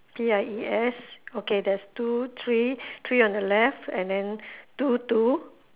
P I E S okay there's two three three on the left and then two two